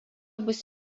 bus